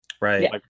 Right